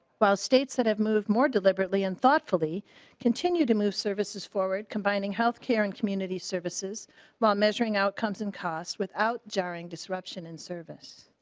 states that have moved more deliberately and thoughtfully continue to move services forward combining health care and community services but measuring outcomes and costs without jarring disruption in service.